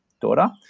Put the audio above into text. daughter